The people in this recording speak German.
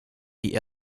die